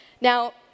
Now